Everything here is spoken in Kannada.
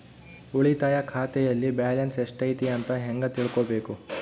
ಉಳಿತಾಯ ಖಾತೆಯಲ್ಲಿ ಬ್ಯಾಲೆನ್ಸ್ ಎಷ್ಟೈತಿ ಅಂತ ಹೆಂಗ ತಿಳ್ಕೊಬೇಕು?